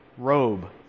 Robe